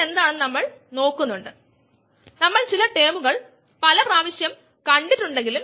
കാരണം ഇവ രണ്ടും വേർതിരിക്കപ്പെടുന്നു അതായത് അവയുടെ സ്വഭാവ സവിശേഷതകളാൽ